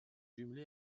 jumelé